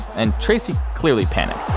and tracey clearly panicked